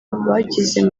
bagize